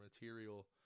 material